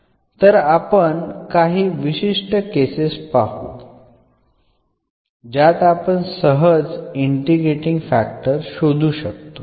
तर आपण काही विशिष्ट केसेस पाहू ज्यात आपण सहज इंटिग्रेटींग फॅक्टर शोधू शकतो